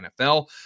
NFL